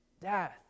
death